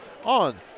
on